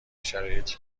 شرایطی